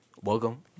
Welcome